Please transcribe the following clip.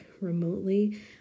remotely